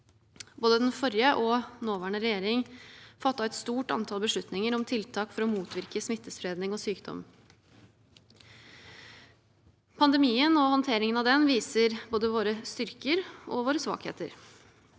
Både den forrige og nåværende regjering fattet et stort antall beslutninger om tiltak for å motvirke smittespredning og sykdom. Pandemien, og håndteringen av den, viste både våre styrker og våre svakheter.